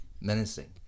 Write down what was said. menacing